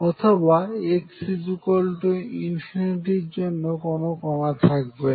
অথবা x∞ এর জন্য কোন কণা থাকবে না